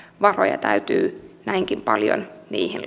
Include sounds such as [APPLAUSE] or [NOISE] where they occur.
varoja täytyy näinkin paljon niihin [UNINTELLIGIBLE]